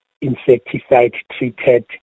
insecticide-treated